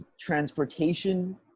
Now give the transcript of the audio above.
transportation